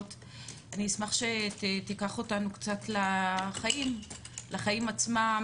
אני אשמח שתיקח אותנו קצת לחיים עצמם,